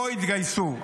לא יתגייסו.